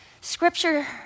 Scripture